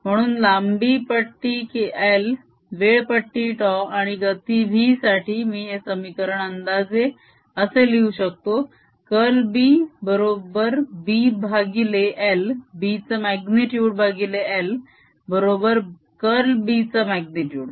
म्हणून लांबी पट्टी l वेळ पट्टी τ आणि गती v साठी मी हे समीकरण अंदाजे असे लिहू शकतो कर्ल B बरोबर B भागिले l b चा म्याग्नितुड भागिले l बरोबर कर्ल B चा म्याग्नितुड